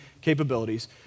capabilities